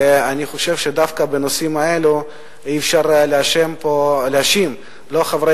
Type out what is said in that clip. ואני חושב שדווקא בנושאים האלה אי-אפשר להאשים פה לא את חברי